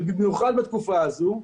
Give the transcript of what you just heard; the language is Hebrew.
במיוחד בתקופה הזו,